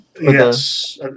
Yes